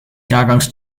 jahrgangs